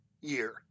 year